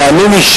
תאמין לי,